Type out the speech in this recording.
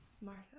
Martha